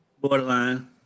Borderline